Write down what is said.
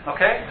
Okay